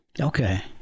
Okay